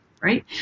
Right